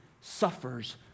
suffers